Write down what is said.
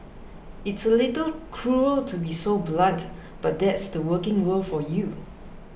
it's a little cruel to be so blunt but that's the working world for you